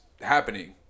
happening